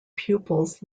pupils